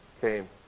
came